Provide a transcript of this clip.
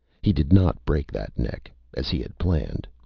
he did not break that neck, as he had planned.